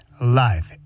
life